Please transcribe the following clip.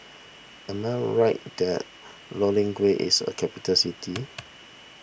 am I right that is a capital city